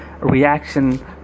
reaction